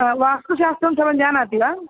वास्तुशास्त्रं सर्वं जानाति वा